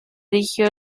erigió